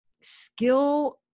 skill